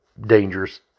dangerous